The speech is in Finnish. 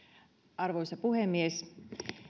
arvoisa puhemies